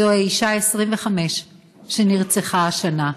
זו האישה ה-25 שנרצחה השנה.